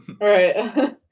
right